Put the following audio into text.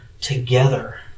together